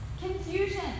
confusion